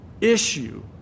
issue